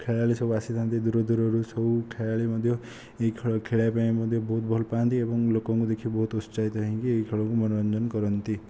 ଖେଳାଳି ସବୁ ଆସିଥାନ୍ତି ଦୂର ଦୂରରୁ ସବୁ ଖେଳାଳି ମଧ୍ୟ ଏହି ଖେଳ ଖେଳିବା ପାଇଁ ମଧ୍ୟ ବହୁତ ଭଲ ପାଆନ୍ତି ଏବଂ ଲୋକଙ୍କୁ ଦେଖି ବହୁତ ଉତ୍ସାହିତ ହୋଇକି ଏହି ଖେଳକୁ ଦେଖିକି ମନୋରଞ୍ଜନ କରନ୍ତି